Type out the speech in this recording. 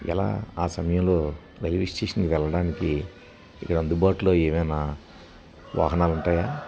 ఎలా ఆ సమయంలో రైల్వే స్టేషన్కి వెళ్ళడానికి ఇక్కడ అందుబాటులో ఏమైనా వాహనాలు ఉంటాయా